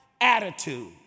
attitude